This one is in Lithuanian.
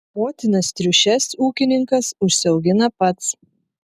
motinas triušes ūkininkas užsiaugina pats